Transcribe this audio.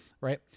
right